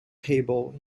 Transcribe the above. table